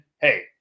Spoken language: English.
hey